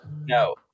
No